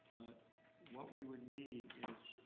but what we would need is,